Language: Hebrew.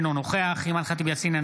אינו נוכח אימאן ח'טיב יאסין,